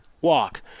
walk